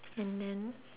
and then